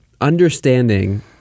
understanding